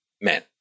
men